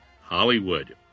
Hollywood